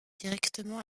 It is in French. directement